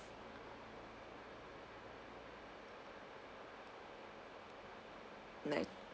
night